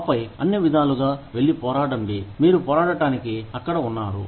ఆపై అన్ని విధాలుగా వెళ్లి పోరాడండి మీరు పోరాడటానికి అక్కడ ఉన్నారు